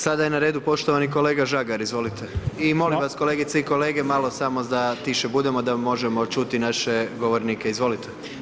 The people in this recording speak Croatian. Sada je na redu poštovani kolega Žagar, izvolite i molim vas kolegice i kolege malo samo za tiše budemo, da možemo čuti naše govornike, izvolite.